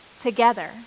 together